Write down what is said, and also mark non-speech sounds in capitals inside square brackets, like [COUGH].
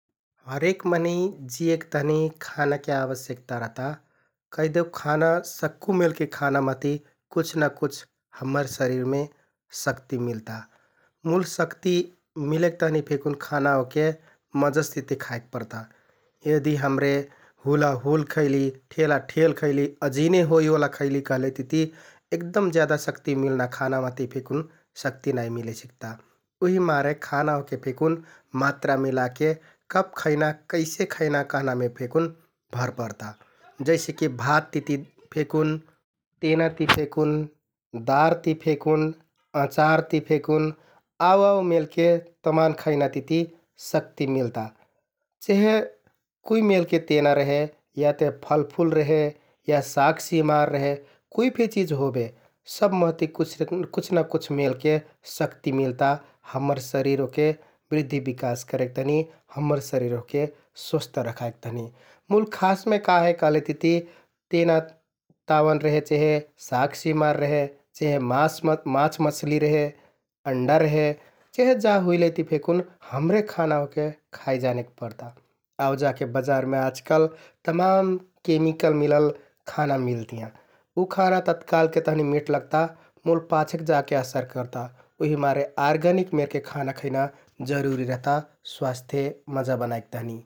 हरेक मनैं जियेक तहनि खानाके आवश्यकता रहता । कहिदेउ खाना सक्कु मेलके खाना महति कुछ ना कुछ हम्मर शरिरमे शक्ति मिलता मुल शक्ति मिलेक तहनि फेकुन खाना ओहके मजसतिति खाइक परता । यदि हमरे हुलाहुल खैलि, ठेलाठेल खैलि, अजिने होइओला खैलि कहलेतिति एगदम ज्यादा शक्ति मिलना खाना महति फेकुन शक्ति नाइ मिलेसिकता उहिमारे खाना ओहके फेकुन मात्रा मिलाके कब खैना, कैसे खैना कहनामे फेकुन भर परता । [NOISE] जैसेकि भाततिति फेकुन, तेनातिति [NOISE] फेकुन, दारति फेकुन, अँचारति फेकुन आउ आउ मेलके तमान खैना तिति शक्ति मिलता । चहे कुइमेलके तेना रेहे याते फलफुल रेहे या सागसिमार रेहे । कुइ फे चिज होबे सब महति [HESITATION] कुछ ना कुछ मेरके शक्ति मिलता । हम्मर शरिर ओहके बृद्धि, बिकास करेक तहनि, हम्मर शरिर ओहके स्वस्थ रखाइक तहनि मुल खासमे का हे कहलेतिति तेना [HESITATION] ताउन रेहे चहे, सागसिमार रेहे, चहे मास-माछमच्छलि रेहे । अण्डा रेहे चेहे जा हुइलेति फेकुन हमरे खाना ओहके खाइ जानेक परता आउ जाके बजारमे आजकाल तमाम मेलके केमिकल मिलल खाना मिलतियाँ । उ खाना तत्कालके तहनि मिठ लगता मुल पाछेक जाके असर करता उहिकमारे आर्गानिक मेरके खाना खैना जरुरि रहता, स्वास्थ्य मजा बनाइक तहनि ।